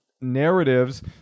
narratives